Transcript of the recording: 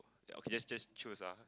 okay just just choose lah